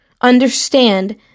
understand